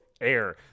Air